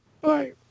Bye